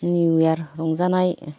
new इयार रंजानाय